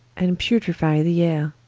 and putrifie the ayre